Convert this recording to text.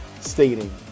stating